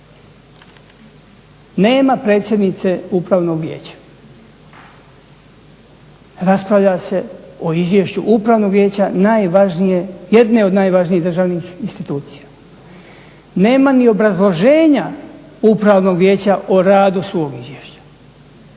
Nema predsjednice Upravnog vijeća. Raspravlja se o Izvješću Upravnog Vijeća najvažnije, jedne od najvažnijih državnih institucija. Nema ni obrazloženja Upravnog vijeća o nema ni obrazloženja